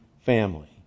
family